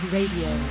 Radio